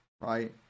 Right